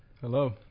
Hello